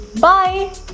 Bye